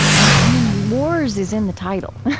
and i mean wars is in the title.